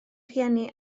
rhieni